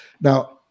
Now